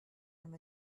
them